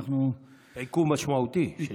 עיכוב משמעותי.